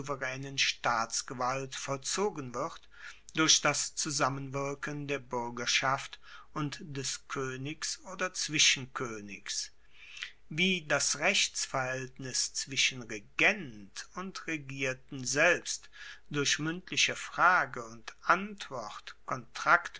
staatsgewalt vollzogen wird durch das zusammenwirken der buergerschaft und des koenigs oder zwischenkoenigs wie das rechtsverhaeltnis zwischen regent und regierten selbst durch muendliche frage und antwort